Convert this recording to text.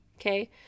okay